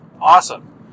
Awesome